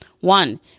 One